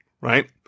right